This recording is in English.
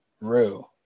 Rue